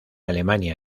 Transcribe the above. alemania